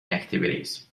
activities